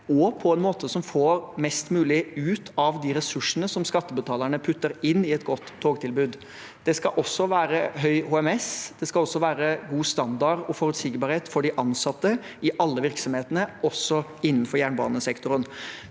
og på en måte som får mest mulig ut av de ressursene som skattebetalerne putter inn i et godt togtilbud. Det skal også være stor grad av HMS, og det skal være god standard og forutsigbarhet for de ansatte i alle virksomhetene, også innenfor jernbanesektoren.